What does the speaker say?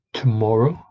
Tomorrow